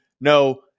no